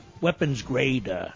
weapons-grade